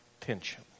tension